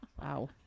Wow